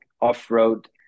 off-road